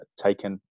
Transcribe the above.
taken